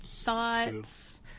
thoughts